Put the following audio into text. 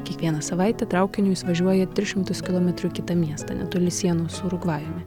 kiekvieną savaitę traukiniu jis važiuoja tris šimtus kilometrų į kitą miestą netoli sienos su urugvajumi